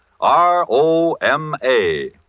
R-O-M-A